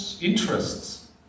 interests